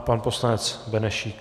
Pan poslanec Benešík.